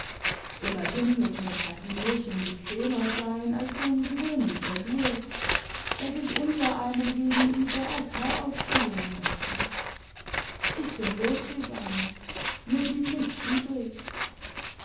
immerhin wird mir casimirchen bequemer sein als so n gewöhnlicher louis der sich unsereinem gegenüber als herr aufspielen möchte ich bin losgegangen mir blieb nichts übrig